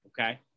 Okay